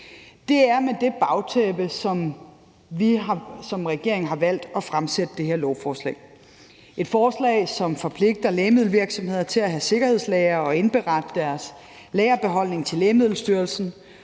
Det er på det bagtæppe, at regeringen har valgt at fremsætte det her lovforslag. Det er et forslag, som forpligter lægemiddelvirksomheder til at have sikkerhedslagre og indberette deres lagerbeholdning til Lægemiddelstyrelsen.